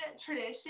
tradition